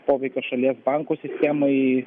poveikio šalies bankų sistemai